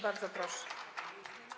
Bardzo proszę.